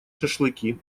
шашлыки